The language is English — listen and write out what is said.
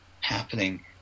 happening